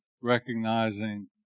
recognizing